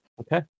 Okay